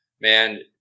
Man